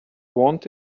want